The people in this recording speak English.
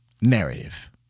narrative